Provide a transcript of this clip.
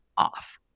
Off